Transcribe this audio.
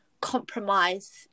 compromise